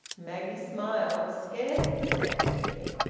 maggie smiled, scarce perceptibly.